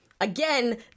again